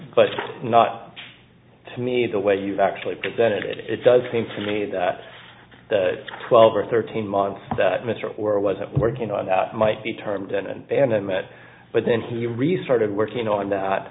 but not to me the way you've actually presented it it does seem for me that the twelve or thirteen months that mr or i wasn't working on that might be termed and they hadn't met but then he restarted working on that